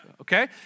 okay